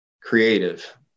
creative